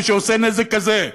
מי שעושה נזק כזה,